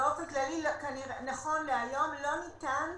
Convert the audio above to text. נכון להיום לא ניתן